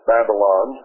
Babylon